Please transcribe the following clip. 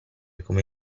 come